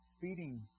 feeding